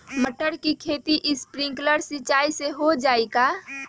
मटर के खेती स्प्रिंकलर सिंचाई से हो जाई का?